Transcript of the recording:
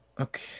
Okay